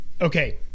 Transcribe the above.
okay